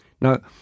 Now